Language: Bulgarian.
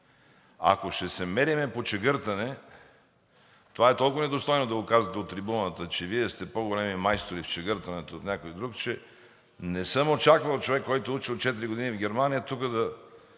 Ако ще се мерим по чегъртане, това е толкова недостойно да го казвате от трибуната – че Вие сте по-големи майстори в чегъртането от някой друг, че не съм очаквал човек, който е учил четири години в Германия, тук да